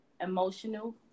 emotional